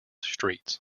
streets